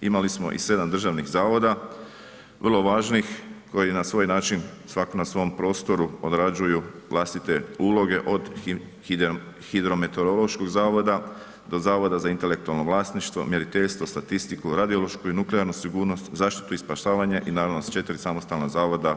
Imali smo i 7 državnih zavoda, vrlo važnih koji na svoj način, svako na svom prostoru odrađuju vlastite uloge od hidrometeorološkog zavoda do zavoda za intelektualno vlasništvo, mjeriteljstvo, statistiku, radiološku i nuklearnu sigurnost, zaštitu i spašavanje i naravno s 4 samostalna zavoda,